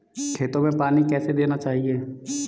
खेतों में पानी कैसे देना चाहिए?